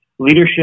Leadership